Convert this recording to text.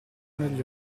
negli